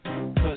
Cause